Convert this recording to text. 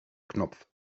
knopf